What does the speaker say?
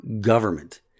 government